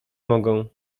mogą